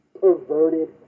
perverted